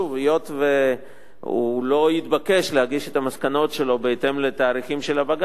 היות שהוא לא התבקש להגיש את המסקנות בהתאם לתאריכים של הבג"צים,